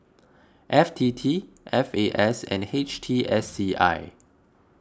F T T F A S and H T S C I